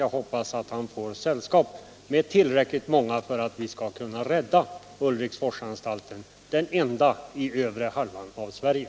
Jag hoppas att han får sällskap med tillräckligt många för att vi skall kunna rädda Ulriksforsanstalten, den enda i övre halvan av Sverige.